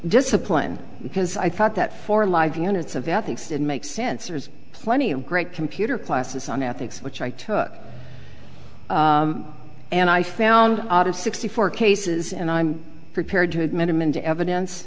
discipline because i thought that for live units of ethics it makes sense there's plenty of great computer classes on ethics which i took and i found out of sixty four cases and i'm prepared to admit them into evidence